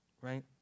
right